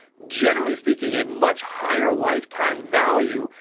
generally speaking, a much higher lifetime value,